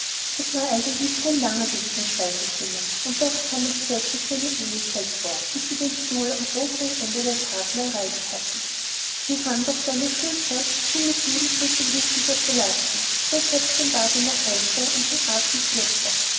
es war eigentlich kein langer weg zum speisezimmer und doch kam es cedrik wie eine ewigkeit vor bis sie den stuhl am oberen ende der tafel erreicht hatten die hand auf seiner schulter schien mit jedem schritte wuchtiger zu lasten sein köpfchen ward immer heißer und sein atem kürzer